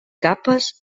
capes